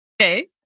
Okay